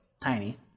Tiny